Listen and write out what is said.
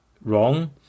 wrong